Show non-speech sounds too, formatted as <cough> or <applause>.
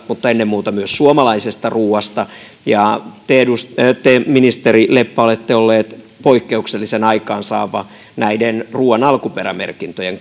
mutta ennen muuta myös suomalaisesta ruuasta te ministeri leppä olette ollut poikkeuksellisen aikaansaava näiden ruuan alkuperämerkintöjen <unintelligible>